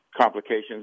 complications